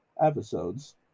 episodes